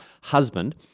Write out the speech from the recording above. husband